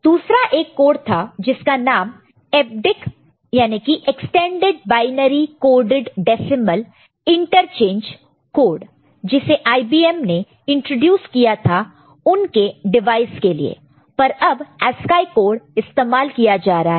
दूसरा एक कोड था जिसका नाम EBCDIC extended binary coded decimal interchange code जिसे IBM ने इंट्रोड्यूस किया था उनके डिवाइस के लिए पर अब ASCII कोड इस्तेमाल किया जा रहा है